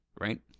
right